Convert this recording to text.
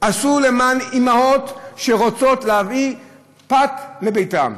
עשו למען אימהות שרוצות להביא פת לביתן.